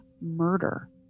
murder